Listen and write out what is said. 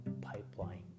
Pipeline